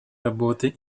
работой